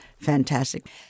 fantastic